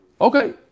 Okay